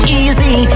easy